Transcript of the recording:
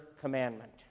commandment